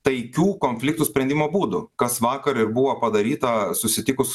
taikių konfliktų sprendimo būdų kas vakar ir buvo padaryta susitikus